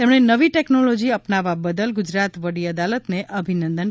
તેમણે નવી ટેકનોલોજી અપનાવવા બદલ ગુજરાત વડી અદાલતને અભિનંદન પાઠવ્યા છે